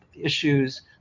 issues